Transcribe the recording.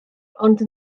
ond